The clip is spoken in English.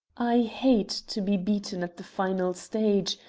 i hate to be beaten at the final stage,